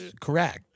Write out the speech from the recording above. correct